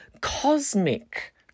cosmic